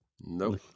no